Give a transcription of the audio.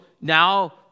now